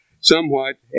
somewhat